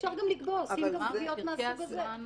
אפשר גם לקבוע, עושים גם קביעות מהסוג הזה.